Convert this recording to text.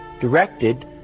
directed